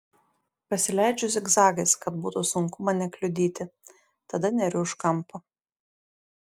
pasileidžiu zigzagais kad būtų sunku mane kliudyti tada neriu už kampo